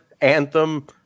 Anthem